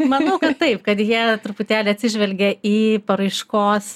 manau kad taip kad jie truputėlį atsižvelgė į paraiškos